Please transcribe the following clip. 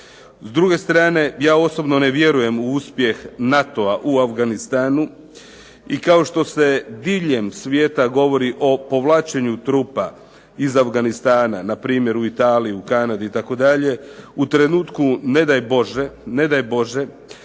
S druge strane, ja osobno ne vjerujem u uspjeh NATO-a u Afganistanu. I kao što se diljem svijeta govori o povlačenju trupa iz Afganistana na primjer u Italiji, Kanadi itd. u trenutku ne daj Bože da netko